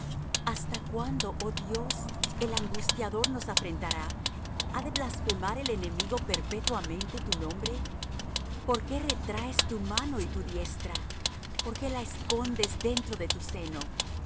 hasta cuándo oh dios el angustiador nos afrentará ha de blasfemar el enemigo perpetuamente tu nombre por qué retraes tu mano y tu diestra por qué la escondes dentro de tu seno